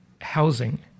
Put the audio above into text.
housing